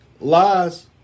Lies